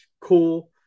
cool